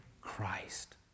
Christ